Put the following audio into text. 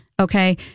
Okay